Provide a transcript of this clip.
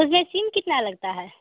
उसमें सिम कितना लगता है